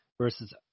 versus